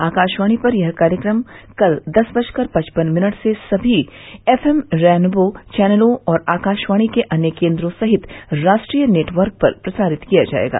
आकाशवाणी पर यह कार्यक्रम कल दस बजकर पचपन मिनट से सभी एफ एम रैनबो चैनलों और आकाशवाणी के अन्य केन्द्रों सहित राष्ट्रीय नेटवर्क पर प्रसारित किया जाएगा